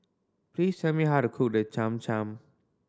please tell me how to cook the Cham Cham